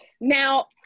now